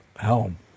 home